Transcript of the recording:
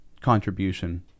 contribution